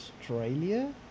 Australia